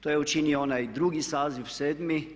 To je učinio onaj drugi saziv sedmi.